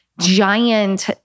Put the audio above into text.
giant